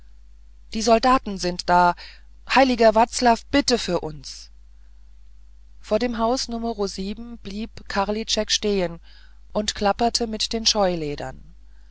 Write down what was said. die soldaten sind da heiliger vaclav bitt für uns vor dem haus numero blieb karlitschek stehen und klapperte mit den